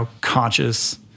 conscious